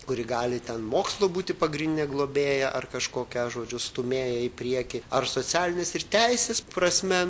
kuri gali ten mokslo būti pagrindine globėja ar kažkokia žodžiu stūmėja į priekį ar socialinės ir teisės prasme